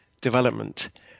development